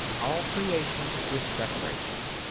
all creation is separation.